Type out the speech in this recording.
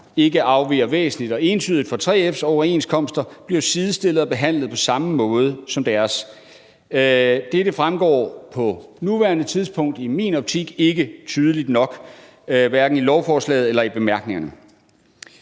ikke afviger væsentligt og entydigt fra 3F's overenskomster, bliver sidestillet med og behandlet på samme måde som deres. Dette fremgår på nuværende tidspunkt i min optik ikke tydeligt nok, hverken i lovforslaget eller i bemærkningerne.